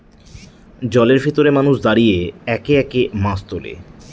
জলের ভেতরে মানুষ দাঁড়িয়ে একে একে মাছ তোলে